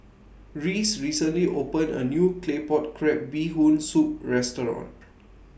Reese recently opened A New Claypot Crab Bee Hoon Soup Restaurant